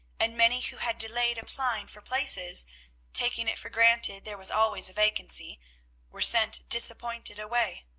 and many who had delayed applying for places taking it for granted there was always a vacancy were sent disappointed away.